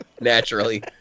naturally